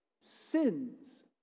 sins